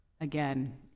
Again